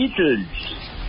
Beatles